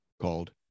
called